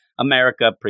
America